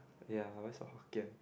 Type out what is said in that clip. ya always got Hokkien